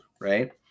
right